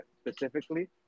specifically